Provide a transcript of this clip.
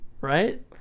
Right